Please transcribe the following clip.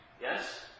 Yes